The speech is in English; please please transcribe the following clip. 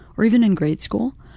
or even in grade school,